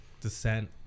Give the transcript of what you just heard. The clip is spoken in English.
descent